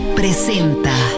presenta